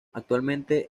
actualmente